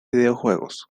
videojuegos